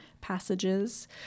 passages